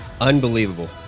unbelievable